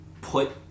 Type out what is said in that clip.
put